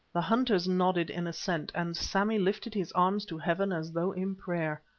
the hunters nodded in assent, and sammy lifted his arms to heaven as though in prayer.